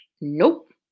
Nope